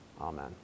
Amen